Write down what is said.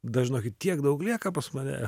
da žinokit tiek daug lieka pas mane